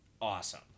awesome